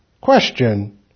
Question